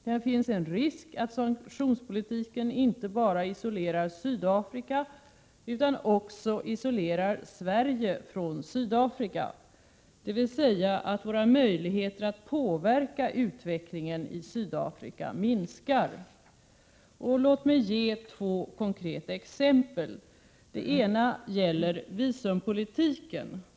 Det finns en risk att sanktionspolitiken inte bara isolerar Sydafrika utan också isolerar Sverige från Sydafrika, dvs. att våra möjligheter att påverka utvecklingen i Sydafrika minskar. Låt mig ge två konkreta exempel. Det ena gäller visumpolitiken.